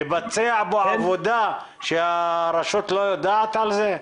לבצע עבודה שהרשות לא יודעת על זה?